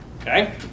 Okay